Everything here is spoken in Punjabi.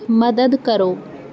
ਮਦਦ ਕਰੋ